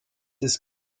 ist